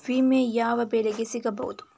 ವಿಮೆ ಯಾವ ಬೆಳೆಗೆ ಸಿಗಬಹುದು?